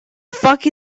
fuck